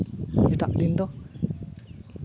ᱮᱴᱟᱜ ᱫᱤᱱ ᱫᱚ